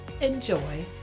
enjoy